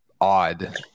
odd